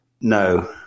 No